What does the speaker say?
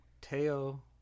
Teo